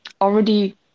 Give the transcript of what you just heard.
already